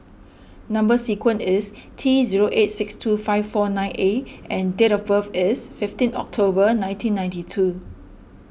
Number Sequence is T zero eight six two five four nine A and date of birth is fifteen October nineteen ninety two